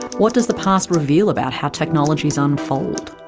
what does the past reveal about how technologies unfold,